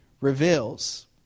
reveals